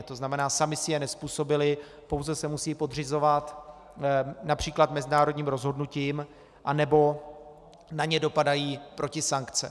To znamená, samy si je nezpůsobily, pouze se musí podřizovat například mezinárodním rozhodnutím, anebo na ně dopadají protisankce.